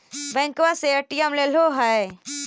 बैंकवा से ए.टी.एम लेलहो है?